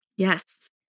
Yes